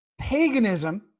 paganism